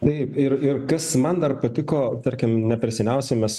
taip ir ir kas man dar patiko tarkim ne per seniausiai mes